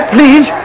Please